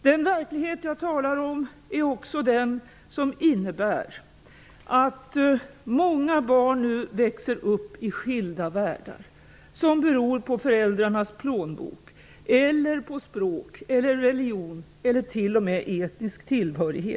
Den verklighet jag talar om är också den som innebär att många barn nu växer upp i skilda världar, som beror på föräldrarnas plånbok, på språk eller religion eller t.o.m. etnisk tillhörighet.